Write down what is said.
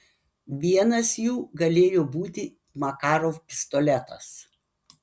vienas jų galėjo būti makarov pistoletas